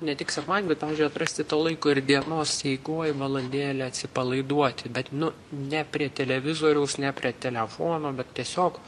ne tik sekmadienį bet pavyzdžiui atrasti to laiko ir dienos eigoj valandėlę atsipalaiduoti bet nu ne prie televizoriaus ne prie telefono bet tiesiog